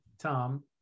tom